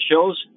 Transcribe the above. shows